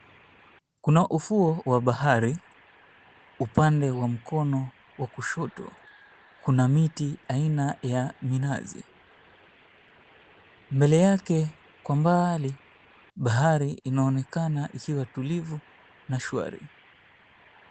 Kuna ufuo wa bahari, upande wa mkono wa kushoto kuna miti aina ya minazi, mbele yake kwa mbali bahari inaonekana ikiwa tulivu na shwari.